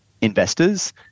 investors